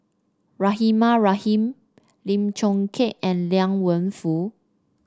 Rahimah Rahim Lim Chong Keat and Liang Wenfu